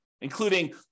including